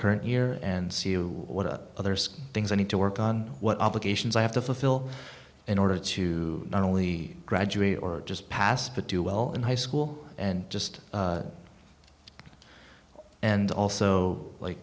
current year and see what other things i need to work on what obligations i have to fulfill in order to not only graduate or just pass but do well in high school and just and also